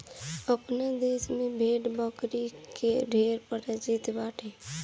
आपन देस में भेड़ बकरी कअ ढेर प्रजाति बाटे